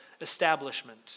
establishment